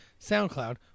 SoundCloud